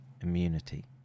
immunity